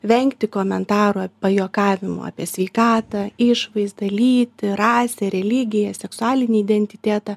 vengti komentarų pajuokavimų apie sveikatą išvaizdą lytį rasę religiją seksualinį identitetą